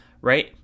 right